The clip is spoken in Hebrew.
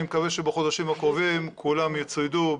אני מקווה שבחודשים הקרובים כולם יצוידו.